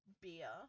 beer